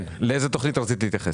לאיזו תוכנית רצית להתייחס?